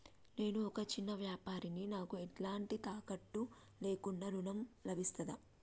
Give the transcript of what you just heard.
నేను ఒక చిన్న వ్యాపారిని నాకు ఎలాంటి తాకట్టు లేకుండా ఋణం లభిస్తదా?